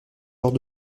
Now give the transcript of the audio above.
lors